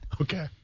Okay